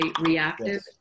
reactive